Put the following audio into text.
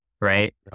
right